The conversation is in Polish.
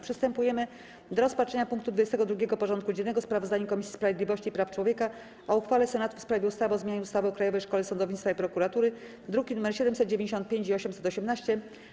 Przystępujemy do rozpatrzenia punktu 22. porządku dziennego: Sprawozdanie Komisji Sprawiedliwości i Praw Człowieka o uchwale Senatu w sprawie ustawy o zmianie ustawy o Krajowej Szkole Sądownictwa i Prokuratury (druki nr 795 i 818)